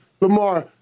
Lamar